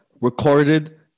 recorded